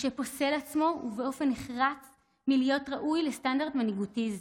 משה פוסל עצמו באופן נחרץ מלהיות ראוי לסטנדרט מנהיגותי זה.